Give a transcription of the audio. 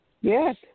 Yes